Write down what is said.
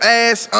ass